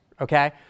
okay